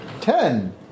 ten